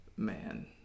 man